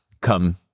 come